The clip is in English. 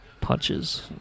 Punches